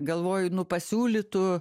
galvoju nu pasiūlytų